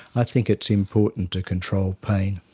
i think it's important to control pain.